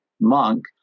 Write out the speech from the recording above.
monk